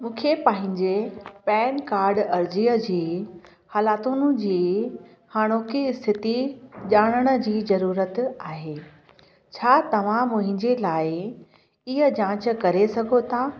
मूंखे पंहिंजे PAN card अर्ज़ीअ जी हालातियुनि जी हाणोकी स्थिति ॼाणण जी ज़रूरत आहे छा तव्हां मुंहिंजे लाइ हीअ जांच करे सघो था